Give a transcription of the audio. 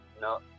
no